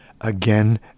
again